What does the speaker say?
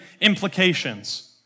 implications